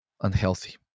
unhealthy